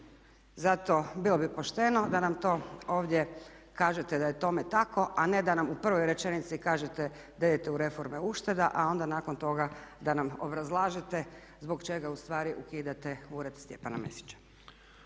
Zato bilo bi pošteno da nam to ovdje kažete da je tome tako a ne da nam u prvoj rečenici kažete da idete u reforme ušteda a onda nakon toga da nam obrazlažete zbog čega ustvari ukidate ured Stjepana Mesića.